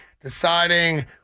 deciding